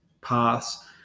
paths